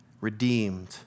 redeemed